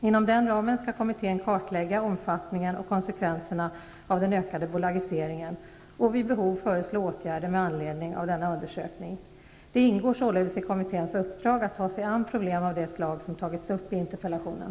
Inom denna ram skall kommittén kartlägga omfattningen och konsekvenserna av den ökade bolagiseringen och vid behov föreslå åtgärder med anledning av denna undersökning. Det ingår således i kommitténs uppdrag att ta sig an problem av det slag som tagits upp i interpellationen.